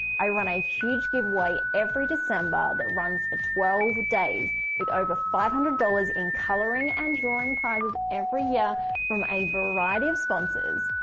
i run a huge giveaway every december that runs for twelve days with over five hundred dollars in coloring and drawing prizes every year from a variety of sponsors.